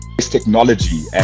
technology